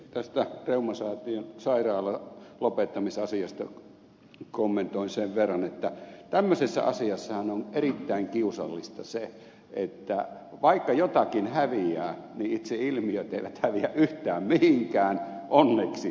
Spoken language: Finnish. tästä reumasäätiön sairaalan lopettamisasiasta kommentoin sen verran että tämmöisessä asiassahan on erittäin kiusallista se että vaikka jotakin häviää niin itse ilmiöt eivät häviä yhtään mihinkään onneksi